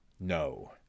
no